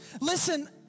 Listen